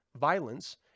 violence